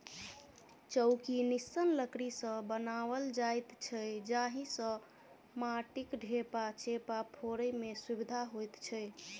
चौकी निस्सन लकड़ी सॅ बनाओल जाइत छै जाहि सॅ माटिक ढेपा चेपा फोड़य मे सुविधा होइत छै